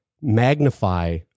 magnify